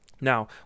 Now